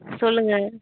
சொல்லுங்கள்